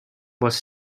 was